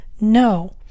No